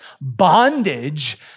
bondage